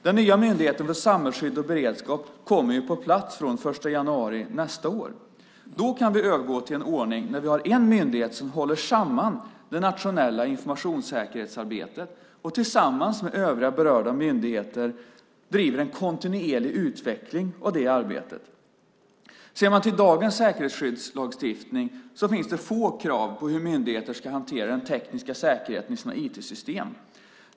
Den nya myndigheten för samhällsskydd och beredskap kommer ju på plats från den 1 januari nästa år. Då kan vi övergå till en ordning där vi har en myndighet som håller samman det nationella informationssäkerhetsarbetet och tillsammans med övriga berörda myndigheter driver en kontinuerlig utveckling av det arbetet. I dagens säkerhetsskyddslagstiftning finns det få krav på hur myndigheter ska hantera den tekniska säkerheten i sina IT-system.